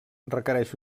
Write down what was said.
requereix